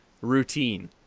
routine